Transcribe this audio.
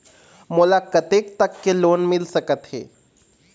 मोला कतेक तक के लोन मिल सकत हे?